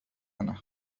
أنا